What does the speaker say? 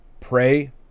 pray